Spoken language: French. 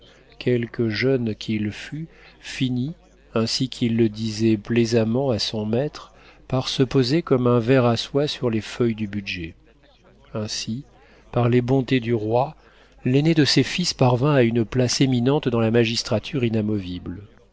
quelque jeune qu'il fût finit ainsi qu'il le disait plaisamment à son maître par se poser comme un ver à soie sur les feuilles du budget ainsi par les bontés du roi l'aîné de ses fils parvint à une place éminente dans la magistrature inamovible